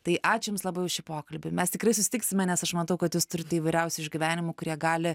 tai ačiū jums labai už šį pokalbį mes tikrai susitiksime nes aš matau kad jūs turite įvairiausių išgyvenimų kurie gali